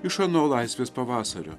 iš ano laisvės pavasario